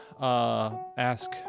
ask